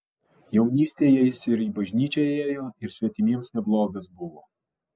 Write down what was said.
jaunystėje jis ir į bažnyčią ėjo ir svetimiems neblogas buvo